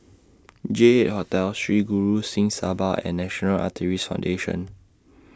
J eight Hotel Sri Guru Singh Sabha and National Art raise Foundation